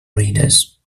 readers